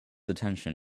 attention